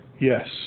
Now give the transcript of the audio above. Yes